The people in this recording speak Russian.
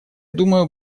думаю